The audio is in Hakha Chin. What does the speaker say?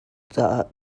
caah